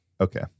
Okay